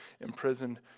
imprisoned